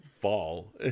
fall